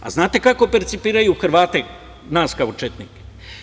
A znate li kako percipiraju Hrvati nas kao četnike?